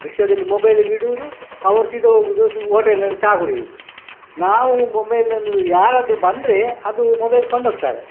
ರಿಕ್ಷಾದಲ್ಲಿ mobile ಬಿಡುವುದು ಅವರು ಸೀದ ಹೋಗೋದು ಅದು ಹೋಟೆಲಲ್ಲಿ ಚಹಾ ಕುಡಿಯುವುದು ನಾವು ಮೊಬೈಲನ್ನು ಯಾರಾದರೂ ಬಂದರೆ ಅದು ಮೊಬೈಲ್ ಕೊಂಡೋಗ್ತಾರೆ